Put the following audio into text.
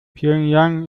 pjöngjang